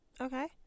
okay